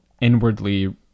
inwardly